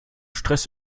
stress